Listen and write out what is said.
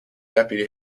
deputy